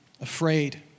afraid